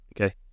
okay